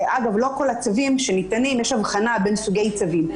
יש אבחנה בין סוגי צווים,